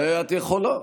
בסדר,